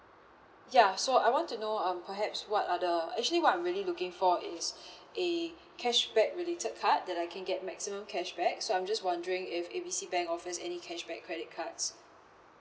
ya so I want to know um perhaps what are the actually what I'm really looking for is a cashback related card that I can get maximum cashback so I'm just wondering if A B C bank offers any cashback credit cards